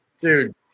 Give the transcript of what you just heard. Dude